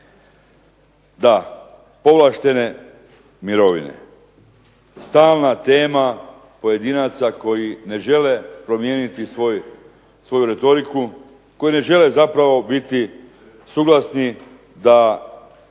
Da, povlaštene mirovine. Stalna tema pojedinaca koji ne žele promijeniti svoju retoriku, koji ne žele zapravo biti suglasni da